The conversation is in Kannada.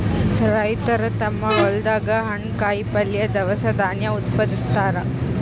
ರೈತರ್ ತಮ್ಮ್ ಹೊಲ್ದಾಗ ಹಣ್ಣ್, ಕಾಯಿಪಲ್ಯ, ದವಸ ಧಾನ್ಯ ಉತ್ಪಾದಸ್ತಾರ್